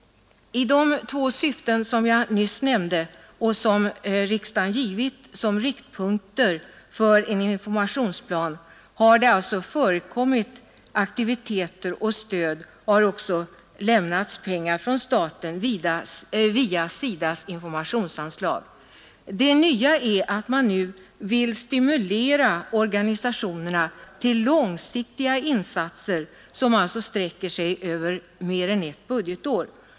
I de syften jag nyss har nämnt och som riksdagen angett som riktpunkter för en informationsplan har det alltså förekommit aktiviteter och stöd, och staten har också lämnat pengar via SIDA :s informationsanslag. Det nya är att man nu vill stimulera organisationerna till långsiktiga informationsinsatser, som alltså sträcker sig över mer än ett budgetår.